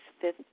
fifth